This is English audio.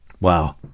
Wow